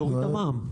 שיורידו את המע"מ.